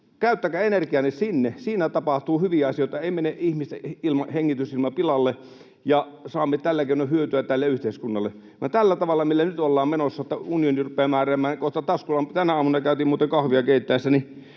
Käyttäkää energiaanne sinne, siinä tapahtuu hyviä asioita: ei mene ihmisten hengitysilma pilalle, ja saamme tällä keinoin hyötyä tälle yhteiskunnalle. Nyt ollaan menossa siihen, että unioni rupeaa kohta määräämään taskulampuista. Tänä aamuna käytin muuten kahvia keittäessäni